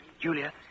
Julia